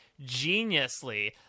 geniusly